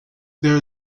there